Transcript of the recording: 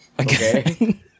okay